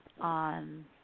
on